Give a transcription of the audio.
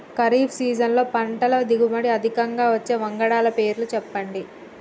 ఖరీఫ్ సీజన్లో పంటల దిగుబడి అధికంగా వచ్చే వంగడాల పేర్లు చెప్పండి?